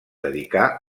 dedicà